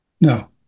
No